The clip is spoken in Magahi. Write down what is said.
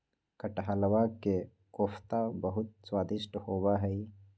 कटहलवा के कोफ्ता बहुत स्वादिष्ट होबा हई